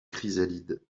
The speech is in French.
chrysalide